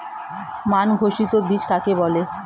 মান ঘোষিত বীজ কাকে বলে?